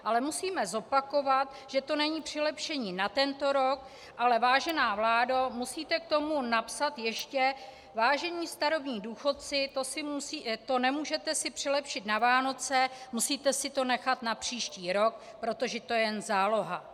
Ale musíme zopakovat, že to není přilepšení na tento rok, ale vážená vládo, musíte k tomu napsat ještě: vážení starobní důchodci, to si nemůžete přilepšit na Vánoce, musíte si to nechat na příští rok, protože to je jen záloha.